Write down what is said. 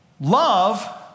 Love